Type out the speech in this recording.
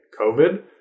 COVID